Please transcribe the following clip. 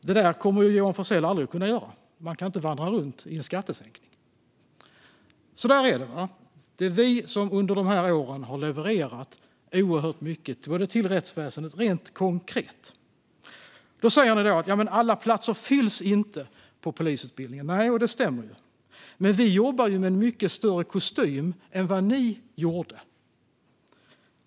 Det där kommer Johan Forssell aldrig att kunna göra, för man kan inte vandra runt i en skattesänkning. Så är det: Det är vi som under de här åren har levererat oerhört mycket både till rättsväsendet och rent konkret. Ni säger att alla platser på polisutbildningen inte fylls, och det stämmer. Men vi jobbar ju med en mycket större kostym än vad ni gjorde.